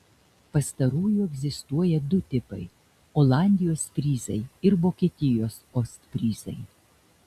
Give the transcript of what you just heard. pastarųjų egzistuoja du tipai olandijos fryzai ir vokietijos ostfryzai